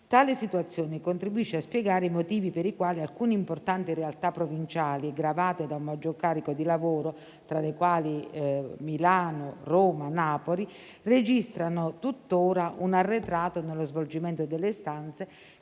Tale situazione contribuisce a spiegare i motivi per i quali alcune importanti realtà provinciali, gravate da un maggior carico di lavoro, tra le quali Milano, Roma e Napoli, registrano tuttora un arretrato nello svolgimento delle istanze,